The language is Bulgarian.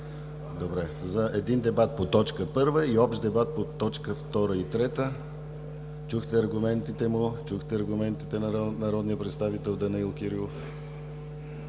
Добре, за един дебат по точка първа и общ дебат по точка втора и трета. Чухте аргументите на народния представител Данаил Кирилов.